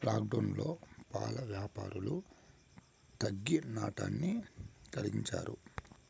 లాక్డౌన్లో పాల యాపారాలు తగ్గి నట్టాన్ని కలిగించాయి